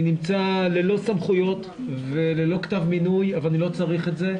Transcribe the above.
אני נמצא ללא סמכויות וללא כתב מינוי אבל אני לא צריך את זה.